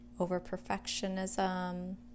over-perfectionism